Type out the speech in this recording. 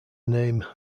name